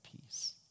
peace